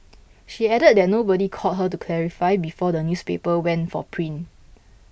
she added that nobody called her to clarify before the newspaper went for print